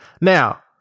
Now